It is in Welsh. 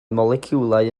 moleciwlau